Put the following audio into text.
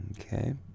Okay